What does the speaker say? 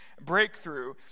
breakthrough